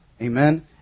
Amen